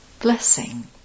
Blessing